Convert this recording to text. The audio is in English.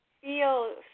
feel